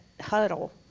huddle